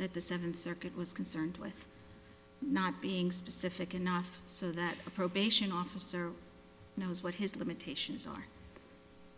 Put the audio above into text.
that the seventh circuit was concerned with not being specific enough so that the probation officer knows what his limitations are